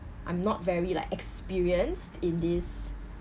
I'm not very like experienced in this